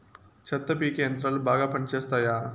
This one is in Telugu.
చెత్త పీకే యంత్రాలు బాగా పనిచేస్తాయా?